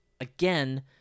Again